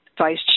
Vice